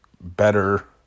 better